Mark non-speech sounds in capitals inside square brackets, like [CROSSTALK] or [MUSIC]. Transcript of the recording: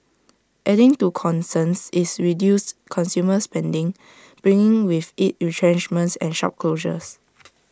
adding to concerns is reduced consumer spending bringing with IT retrenchments and shop closures [NOISE]